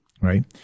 right